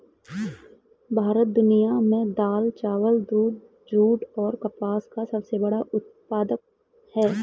भारत दुनिया में दाल, चावल, दूध, जूट और कपास का सबसे बड़ा उत्पादक है